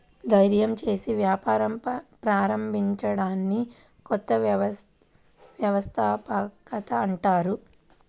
ధైర్యం చేసి వ్యాపారం ప్రారంభించడాన్ని కొత్త వ్యవస్థాపకత అంటారు